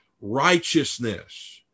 righteousness